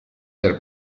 per